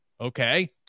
okay